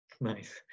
Nice